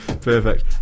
Perfect